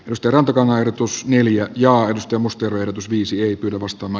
risto rantakaavaehdotus neljä johdosta muster odotus viisi arvostama